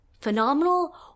phenomenal